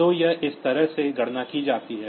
तो यह इस तरह से गणना की जाती है